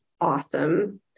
awesome